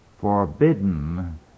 forbidden